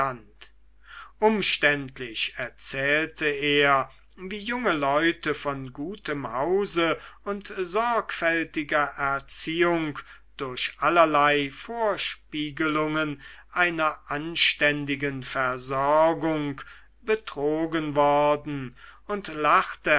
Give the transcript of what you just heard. umständlich erzählte er wie junge leute von gutem hause und sorgfältiger erziehung durch allerlei vorspiegelungen einer anständigen versorgung betrogen worden und lachte